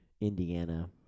Indiana